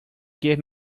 gave